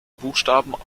buchstaben